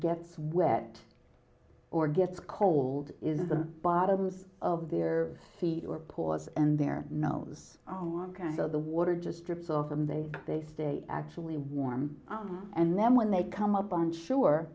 gets wet or gets cold in the bottoms of their feet or paws and their nose on kind of the water just drips off them they they stay actually warm and then when they come up on shore